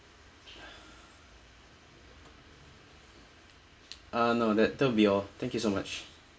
uh no that that'll be all thank you so much